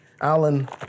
Alan